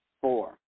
Four